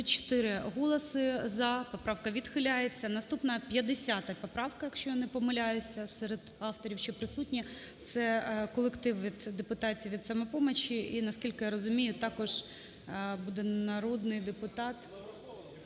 34 голоси "за", поправка відхиляється. Наступна 50-а поправка, якщо я не помиляюся. Серед авторів, що присутні, це колектив депутатів від "Самопомочі", і, наскільки я розумію, також буде народний депутат…